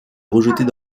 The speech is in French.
rejetés